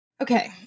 Okay